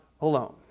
alone